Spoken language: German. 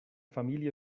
familie